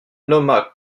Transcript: nomma